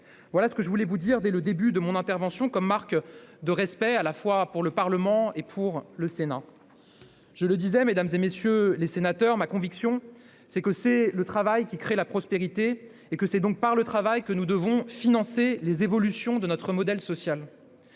Voilà ce que je tenais à vous dire en préambule de mon intervention, comme marque de respect du Parlement et du Sénat. Je le disais, mesdames, messieurs les sénateurs, ma conviction, c'est que c'est le travail qui crée la prospérité et que c'est donc par le travail que nous devons financer les évolutions de notre modèle social.